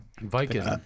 Viking